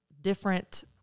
different